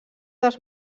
dels